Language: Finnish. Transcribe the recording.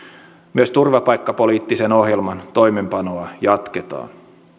myös turvapaikkapoliittisen ohjelman toimeenpanoa jatketaan